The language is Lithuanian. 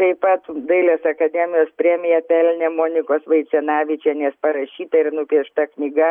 taip pat dailės akademijos premiją pelnė monikos vaicenavičienės parašyta ir nupiešta knyga